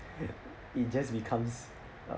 it's just becomes uh